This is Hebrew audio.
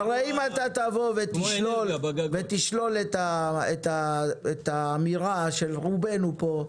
הרי אם אתה תשלול את האמירה של רובנו פה,